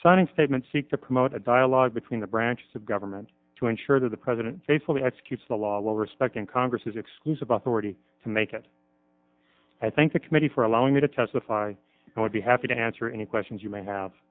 signing statements seek to promote a dialogue between the branches of government to ensure that the president faithfully execute the law will respect and congress has exclusive authority to make it i thank the committee for allowing me to testify and i'd be happy to answer any questions you may have